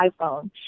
iPhone